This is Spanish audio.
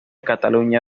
cataluña